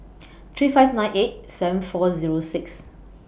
three five nine eight seven four Zero six